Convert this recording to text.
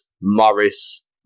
Morris